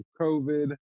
COVID